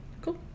cool